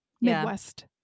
midwest